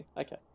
Okay